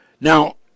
Now